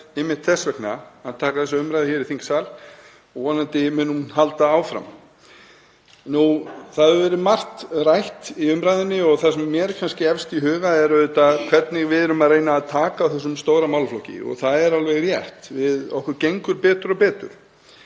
einmitt þess vegna að taka þessa umræðu hér í þingsal og vonandi mun hún halda áfram. Það hefur verið margt rætt í umræðunni og það sem mér er efst í huga er auðvitað hvernig við erum að reyna að taka á þessum stóra málaflokki. Það er alveg rétt að okkur gengur betur og betur,